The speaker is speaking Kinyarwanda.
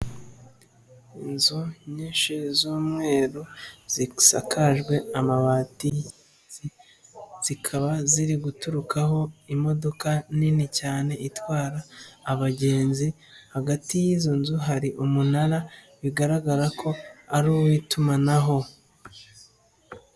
Inzu nyinshi z'umweru zisakajwe amabati, zikaba ziri guturukaho imodoka nini cyane itwara abagenzi, hagati y'izo nzu hari umunara, bigaragara ko ari uw'itumanaho.